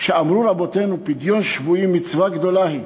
שאמרו רבותינו פדיון שבויים מצווה גדולה היא?